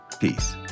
Peace